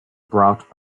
brought